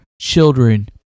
children